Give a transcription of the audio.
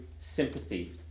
sympathy